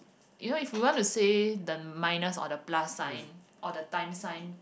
you know if you want to say the minus or the plus sign or the times sign